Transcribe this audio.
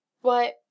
Why